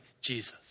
Jesus